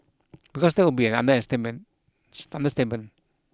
because that would be understatement